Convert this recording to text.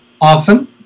often